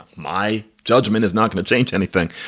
my judgment is not going to change anything.